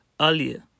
earlier